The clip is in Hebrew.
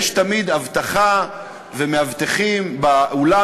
תמיד יש אבטחה ומאבטחים באולם,